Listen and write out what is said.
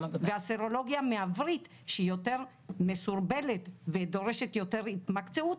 והסרולוגיה מהוריד שהיא יותר מסורבלת ודורשת יותר התמקצעות,